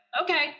okay